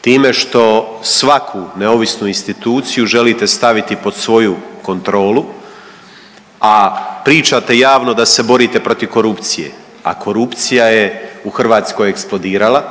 time što svaku neovisnu instituciju želite stavite pod svoju kontrolu, a pričate javno da se borite protiv korupcije, a korupcija je u Hrvatskoj eksplodirala.